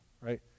right